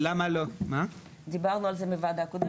דיברנו על זה בוועדה,